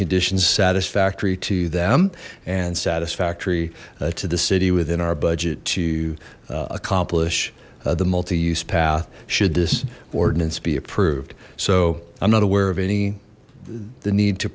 conditions satisfactory to them and satisfactory to the city within our budget to accomplish the multi use path should this ordinance be approved so i'm not aware of any the need to